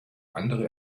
andere